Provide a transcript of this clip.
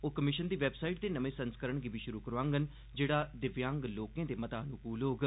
ओह कमिशन दी वैबसाइट दे नमें संस्करण गी बी शुरु करोआङन जेहड़ा दिव्यांग लोकें दे मता अनुकूल होग